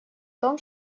том